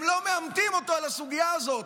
הם לא מעמתים אותו עם הסוגיה הזאת,